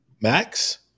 Max